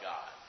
God